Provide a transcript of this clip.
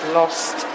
lost